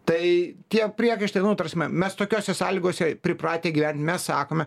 tai tie priekaištai nu ta prasme mes tokiose sąlygose pripratę gyven mes sakome